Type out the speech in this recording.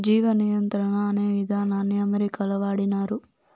జీవ నియంత్రణ అనే ఇదానాన్ని అమెరికాలో వాడినారు